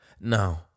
No